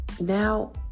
now